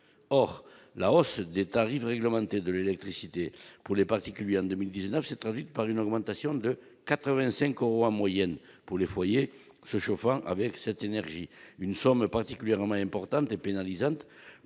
Or la hausse des tarifs réglementés de l'électricité pour les particuliers en 2019 s'est traduite par une augmentation de 85 euros en moyenne pour les foyers se chauffant avec cette énergie, une somme particulièrement importante et pénalisante